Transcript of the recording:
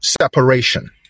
separation